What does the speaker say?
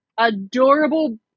Adorable